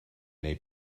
neu